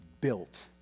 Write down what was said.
built